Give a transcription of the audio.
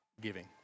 giving